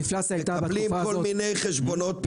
בלי כל מיני חשבונות,